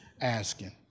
asking